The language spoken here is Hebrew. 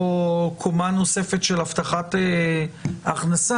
או קומה נוספת של הבטחת הכנסה,